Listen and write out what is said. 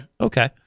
Okay